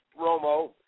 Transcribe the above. Romo